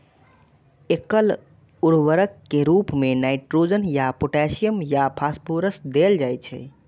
एकल उर्वरक के रूप मे नाइट्रोजन या पोटेशियम या फास्फोरस देल जाइ छै